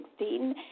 2016